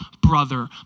brother